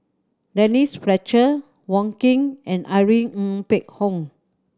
Denise Fletcher Wong Keen and Irene Ng Phek Hoong